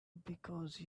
because